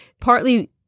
partly